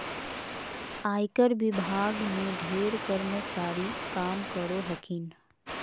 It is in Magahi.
आयकर विभाग में ढेर कर्मचारी काम करो हखिन